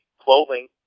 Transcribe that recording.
clothing